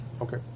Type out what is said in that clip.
Okay